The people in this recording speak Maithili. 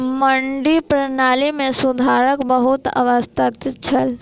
मंडी प्रणाली मे सुधारक बहुत आवश्यकता छल